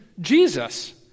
Jesus